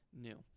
new